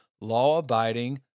law-abiding